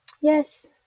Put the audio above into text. Yes